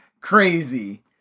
crazy